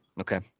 okay